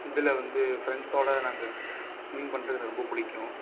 இதில் வந்து ஃப்ரெண்ட்ஸோட நாங்கள் ஸ்விம்மிங் பண்ணுறது எனக்கு ரொம்ப பிடிக்கும்